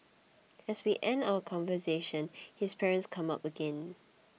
as we end our conversation his parents come up again